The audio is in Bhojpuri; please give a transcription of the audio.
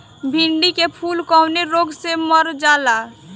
भिन्डी के फूल कौने रोग से मर जाला?